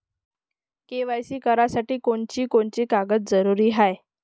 KYC करासाठी कोनची कोनची कागद जरुरी हाय?